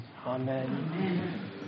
Amen